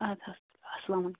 اَدٕ حظ اَسلامُ علیکُم